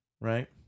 right